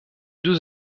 deux